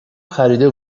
خریده